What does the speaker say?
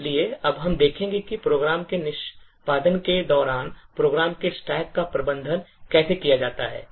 इसलिए अब हम देखेंगे कि प्रोग्राम के निष्पादन के दौरान प्रोग्राम के stack का प्रबंधन कैसे किया जाता है